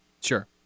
Sure